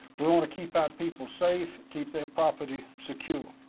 we want to keep our people safe, keep their property secured.